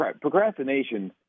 procrastination